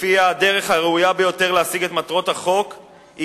שלפיה הדרך הראויה ביותר להשיג את מטרות החוק היא